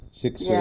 six